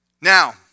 Now